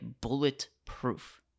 bulletproof